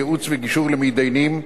ייעוץ וגישור למתדיינים,